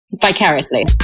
vicariously